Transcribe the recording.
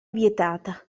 vietata